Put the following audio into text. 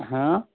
हा